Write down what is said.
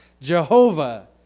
Jehovah